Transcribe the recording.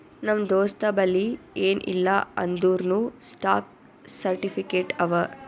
ನಮ್ ದೋಸ್ತಬಲ್ಲಿ ಎನ್ ಇಲ್ಲ ಅಂದೂರ್ನೂ ಸ್ಟಾಕ್ ಸರ್ಟಿಫಿಕೇಟ್ ಅವಾ